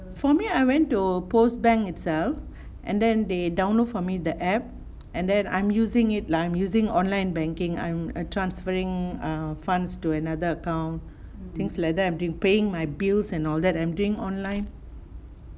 for me I went to post bank itself and then they download for me the app and then I'm using it lah I'm using online banking I'm err transferring err funds to another account things like that I've been paying my bills and all that I'm doing online